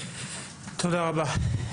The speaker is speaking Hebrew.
תודה רבה.